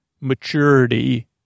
maturity